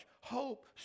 hope